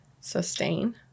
sustain